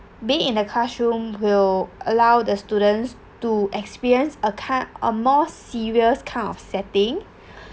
being in a classroom will allow the students to experience a kind a more serious kind of setting